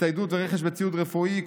הצטיידות ורכש של ציוד רפואי,